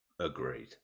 agreed